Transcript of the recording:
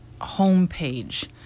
homepage